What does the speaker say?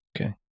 Okay